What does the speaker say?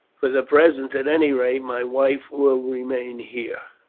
for the present, at any rate, my wife will remain here.